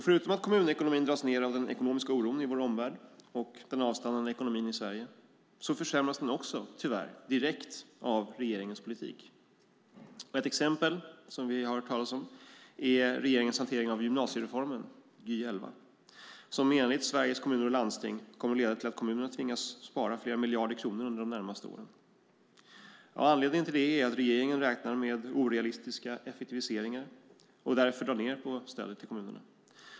Förutom att kommunekonomin dras ned av den ekonomiska oron i vår omvärld och den avstannande ekonomin i Sverige försämras den också tyvärr direkt av regeringens politik. Ett exempel som vi har hört talas om är regeringens hantering av gymnasiereformen, Gy 2011, som enligt Sveriges Kommuner och Landsting kommer att leda till att kommunerna tvingas spara flera miljarder kronor under de närmaste åren. Anledningen till det är att regeringen räknar med orealistiska effektiviseringar och därför drar ned på stödet till kommunerna.